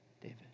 David